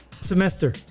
semester